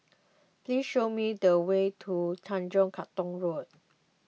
please show me the way to Tanjong Katong Road